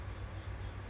ya